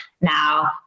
now